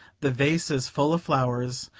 the vases full of flowers,